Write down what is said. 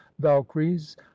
valkyries